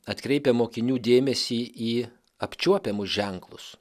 atkreipia mokinių dėmesį į apčiuopiamus ženklus